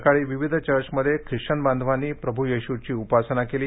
सकाळी विविध चर्चमध्ये खिश्वन बांधवांनी प्रभूयेशृंची उपासना केली